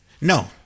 No